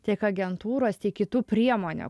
tiek agentūros tiek kitų priemonių